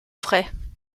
frais